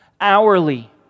Hourly